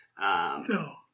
No